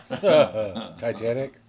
Titanic